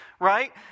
Right